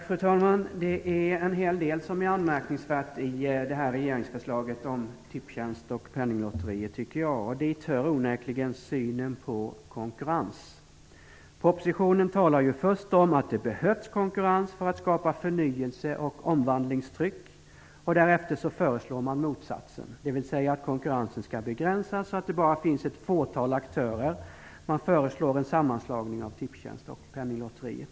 Fru talman! Det är en hel del som är anmärkningsvärt i det här regeringsförslaget om Tipstjänst och Penninglotteriet, och dit hör onekligen synen på konkurrens. I propositionen talas det först om att det behövs konkurrens för att skapa förnyelse och omvandlingstryck, och därefter föreslås motsatsen, dvs. att konkurrensen skall begränsas så att det bara finns ett fåtal aktörer. Man föreslår alltså en sammanslagning av Tipstjänst och Penninglotteriet.